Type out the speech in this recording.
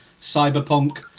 cyberpunk